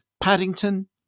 Paddington